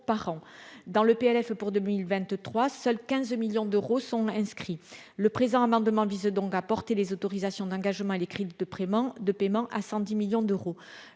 par an dans le PLF pour 2023 seuls 15 millions d'euros sont inscrits le présent amendement vise donc à porter les autorisations d'engagement et les cris de prime en de paiement à 110 millions d'euros